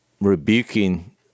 rebuking